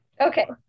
Okay